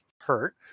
hurt